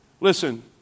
Listen